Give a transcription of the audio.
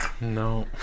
No